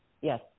Yes